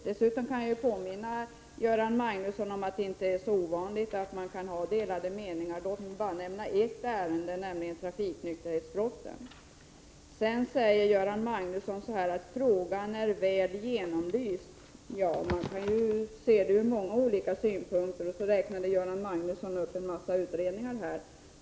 Dessutom kan jag påminna Göran Magnusson om att det inte är så ovanligt att man kan ha delade meningar. Jag kan som exempel bara nämna ett ärende, nämligen trafiknykterhetsbrotten. Sedan säger Göran Magnusson att frågan är väl genomlyst. Ja, man kan se detta ur många olika synpunkter. Göran Magnusson räknade sedan upp en massa utredningar.